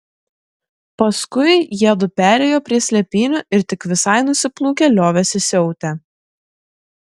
paskui jiedu perėjo prie slėpynių ir tik visai nusiplūkę liovėsi siautę